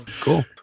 Cool